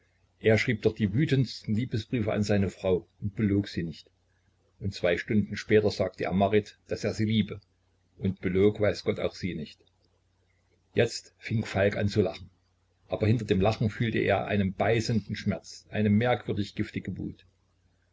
er schrieb doch die wütendsten liebesbriefe an seine frau und belog sie nicht und zwei stunden später sagte er marit daß er sie liebe und belog weiß gott auch sie nicht jetzt fing falk zu lachen an aber hinter dem lachen fühlte er einen beißenden schmerz eine merkwürdig giftige wut